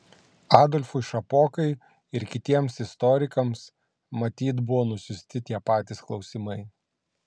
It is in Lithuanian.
adolfui šapokai ir kitiems istorikams matyt buvo nusiųsti tie patys klausimai